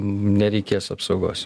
nereikės apsaugos